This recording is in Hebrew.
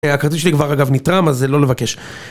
הכרטיס שלי כבר אגב נתרם אז זה לא לבקש